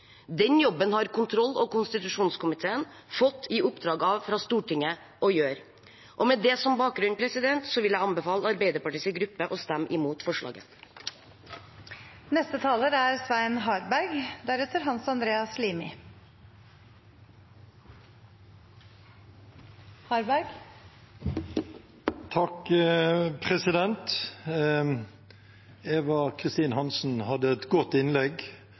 Den jobben har kontroll- og konstitusjonskomiteen fått i oppdrag av Stortinget å gjøre. Med det som bakgrunn vil jeg anbefale Arbeiderpartiets gruppe å stemme imot forslaget. Eva Kristin Hansen hadde et godt innlegg,